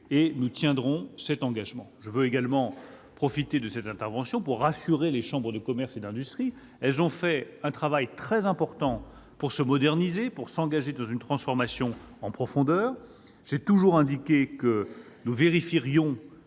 et nous tiendrons cet engagement. Je veux également profiter de cette intervention pour rassurer les chambres de commerce et d'industrie : elles ont fait un travail très important pour se moderniser et s'engager dans une transformation en profondeur. J'ai toujours indiqué que nous vérifierions